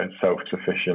self-sufficient